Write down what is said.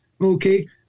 okay